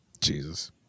jesus